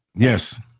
yes